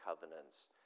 covenants